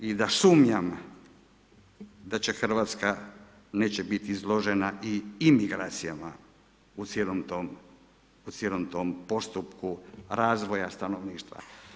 I da sumnjam da će Hrvatska neće biti izložena i imigracijama u cijelom tom postupku razvoja stanovništva.